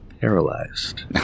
paralyzed